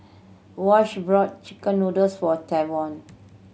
Wash brought chicken noodles for Tavon